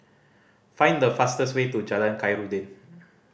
find the fastest way to Jalan Khairuddin